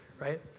right